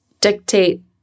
dictate